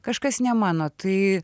kažkas ne mano tai